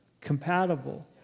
compatible